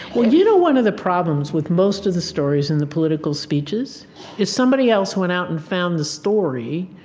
well you know one of the problems with most of the stories in the political speeches is somebody else went out and found the story.